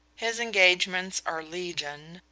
his engagements are legion,